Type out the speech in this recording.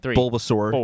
Bulbasaur